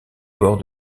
bord